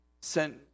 sent